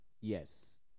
Yes